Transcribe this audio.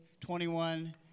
21